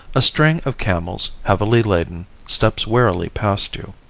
a string of camels, heavily laden, steps warily past you.